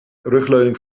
rugleuning